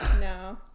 No